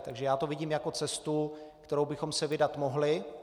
Takže já to vidím jako cestu, kterou bychom se vydat mohli.